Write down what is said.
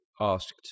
asked